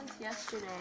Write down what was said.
yesterday